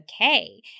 okay